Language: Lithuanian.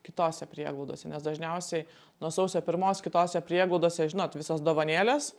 kitose prieglaudose nes dažniausiai nuo sausio pirmos kitose prieglaudose žinot visas dovanėles